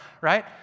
right